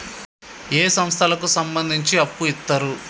ఏ సంస్థలకు సంబంధించి అప్పు ఇత్తరు?